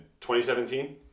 2017